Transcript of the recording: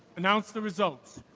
announce the results.